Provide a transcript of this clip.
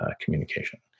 communication